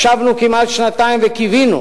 ישבנו כמעט שנתיים וקיווינו